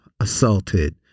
assaulted